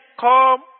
come